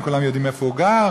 וכולם יודעים איפה הוא גר,